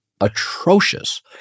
atrocious